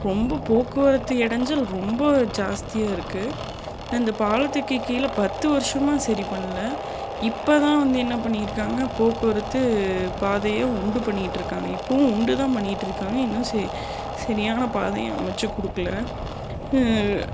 ரொம்ப போக்குவரத்து இடைஞ்சல் ரொம்ப ஜாஸ்தியாக இருக்குது அந்த பாலத்துக்கு கீழே பத்து வருஷமாக சரி பண்ணல இப்போ தான் வந்து என்ன பண்ணிருக்காங்க போக்குவரத்து பாதையை உண்டு பண்ணிட்டுருக்காங்க இப்போவும் உண்டு தான் பண்ணிட்டுருக்காங்க இன்னும் செ சரியான பாதையை அமைச்சு கொடுக்கல